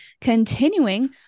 continuing